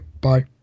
bye